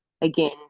again